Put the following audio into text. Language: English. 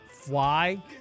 fly